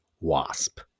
Wasp